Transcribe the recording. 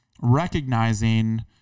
recognizing